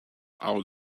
out